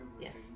Yes